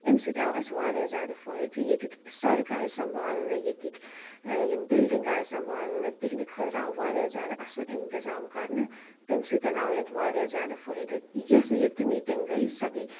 امہِ سۭتۍ آو اسہِ واریاہ زیادٕ فٲیِدٕ ییٚتیُک سڑکہٕ آیہِ سمبالنہٕ ییٚتِکۍ یِم بِلڈنٛگ آیہِ سمبالنہٕ تِہنٛدِ خٲطرٕ آو واریاہ زیادٕ اصل انتظام کرنہٕ تمہِ سۭتۍ آو یتھ واریاہ زیادٕ فٲہِدٕ یۄس ییٚتۍ تہِ میٹنٛگ گٔے سۄ گٔے